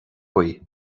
faoi